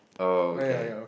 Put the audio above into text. oh okay